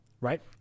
right